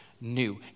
new